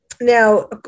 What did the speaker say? Now